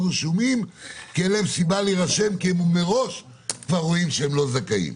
רשומים כי אין להם סיבה להירשם כי הם מראש כבר רואים שהם לא זכאים.